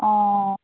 অঁ